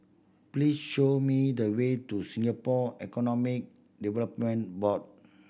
please show me the way to Singapore Economic Development Board